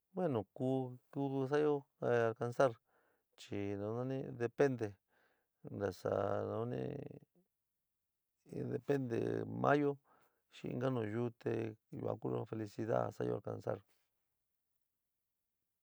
Bueno ku ku sa'ayo alcanzar chi nanani depende nasa nani depende maáyo chi inka nayuú te yuan ku in felicida sa'ayo alcanzar.